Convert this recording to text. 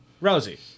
Rosie